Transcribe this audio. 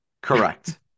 Correct